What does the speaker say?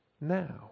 now